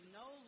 no